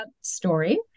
story